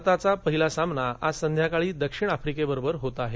भारताचा पहिला सामना आज संध्याकाळी दक्षिण आफ्रिकेबरोबर आहे